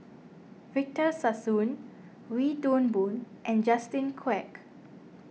Victor Sassoon Wee Toon Boon and Justin Quek